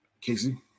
Casey